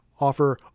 offer